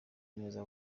neza